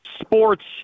sports